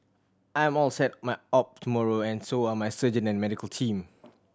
I'm all set my op tomorrow and so are my surgeon and medical team